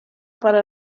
para